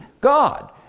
God